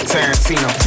Tarantino